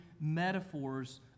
metaphors